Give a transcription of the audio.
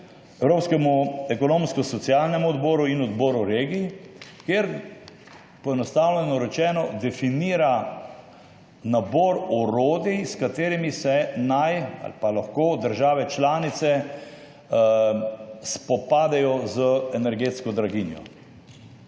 Evropskemu ekonomsko-socialnemu odboru in Odboru regij, kjer, poenostavljeno rečeno, definira nabor orodij, s katerimi se naj ali lahko države članice spopadejo z energetsko draginjo.